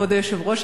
כבוד היושב-ראש,